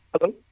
Hello